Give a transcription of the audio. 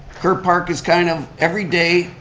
ker park is kind of, every day,